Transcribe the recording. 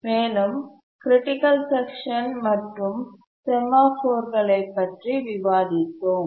மேலும் critical section மற்றும் செமாஃபோர்களைப் பற்றி விவாதித்தோம்